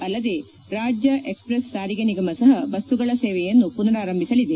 ಅಲ್ಲದೇ ರಾಜ್ಯ ಎಕ್ಸ್ಪ್ರೆಸ್ ಸಾರಿಗೆ ನಿಗಮ ಸಹ ಬಸ್ಸುಗಳ ಸೇವೆಯನ್ನು ಪುನರಾರಂಭಿಸಲಿದೆ